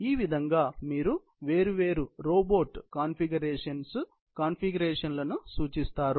ఈ విధంగా మీరు వేరు వేరు రోబోట్ కాన్ఫిగరేషన్స్ కాన్ఫిగరేషన్లను సూచిస్తారు